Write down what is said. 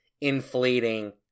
inflating